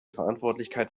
verantwortlichkeit